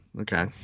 Okay